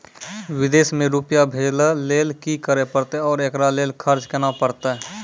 विदेश मे रुपिया भेजैय लेल कि करे परतै और एकरा लेल खर्च केना परतै?